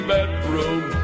Bedroom